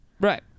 right